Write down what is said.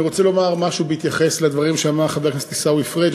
אני רוצה לומר משהו בהתייחס לדברים שאמר חבר הכנסת עיסאווי פריג',